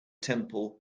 temple